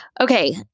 Okay